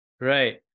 right